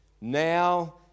now